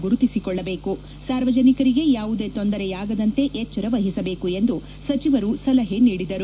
ಗುರುತಿಸಿಕೊಳ್ಳಬೇಕು ಸಾರ್ವಜನಿಕರಿಗೆ ಯಾವುದೇ ತೊಂದರೆಯಾಗದಂತೆ ಎಚ್ಚರ ವಹಿಸಬೇಕು ಎಂದು ಸಚಿವರು ಸಲಹೆ ನೀಡಿದರು